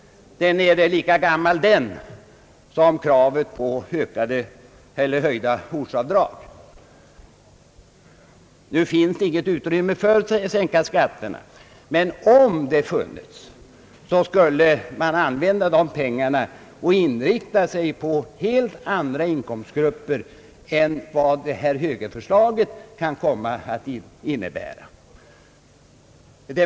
Den frågan är kanske lika gammal som kravet på höjda ortsavdrag. Nu finns det inget utrymme för att sänka skatterna, men om det funnes borde man inrikta sig på helt andra inkomstgrupper än dem som högerns förslag skulle komma att gynna.